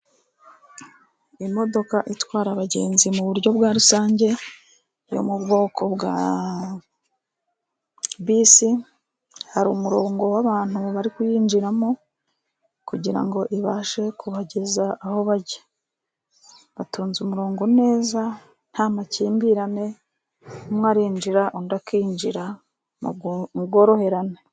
Imodoka itwara abagenzi mu buryo bwa rusange yo mu bwoko bisi, hari umurongo w'abantu bari kuyinjiramo, kugira ngo ibashe kubageza aho bajya. Batonze umurongo neza nta makimbirane, umwe arinjira, undi akinjira mu bworoherane.